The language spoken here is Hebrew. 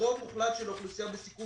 כשרוב מוחלט של האוכלוסייה בסיכון,